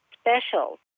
special